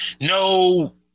no